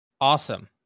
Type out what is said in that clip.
Awesome